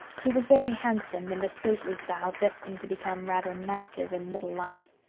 she was very handsome, in the stately style destined to become rather massive in middle life.